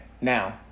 now